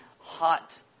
hot